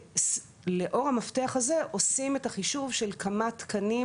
לאור המפתח הזה עושים את החישוב של כמה תקנים